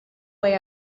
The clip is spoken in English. way